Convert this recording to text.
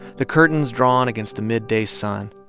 the curtains drawn against the midday sun,